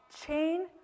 chain